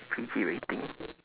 P_G rating